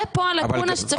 זה הלקונה שצריך לסגור.